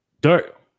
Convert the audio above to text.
Dirt